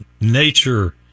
nature